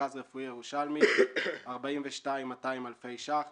מרכז רפואי ירושלמי 42,200 אלפי שקלים.